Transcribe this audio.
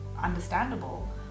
understandable